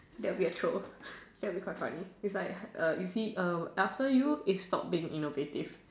that would be a troll that would be quite funny it's like err you see err after you it stop being innovative